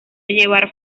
llevar